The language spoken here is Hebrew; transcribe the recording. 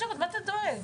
מה אתה דואג.